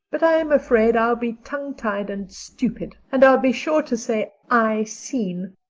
but i'm afraid i'll be tongue-tied and stupid. and i'll be sure to say i seen